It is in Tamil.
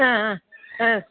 ஆ ஆ ஆ